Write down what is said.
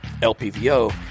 lpvo